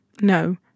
No